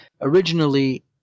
originally